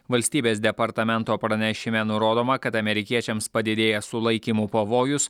valstybės departamento pranešime nurodoma kad amerikiečiams padidėja sulaikymų pavojus